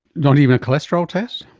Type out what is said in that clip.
not even cholesterol tests?